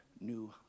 new